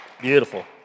Beautiful